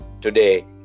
today